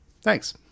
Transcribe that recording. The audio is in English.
Thanks